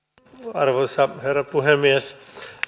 arvoisa herra puhemies